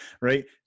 right